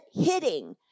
hitting